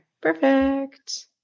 Perfect